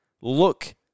Look